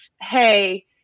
hey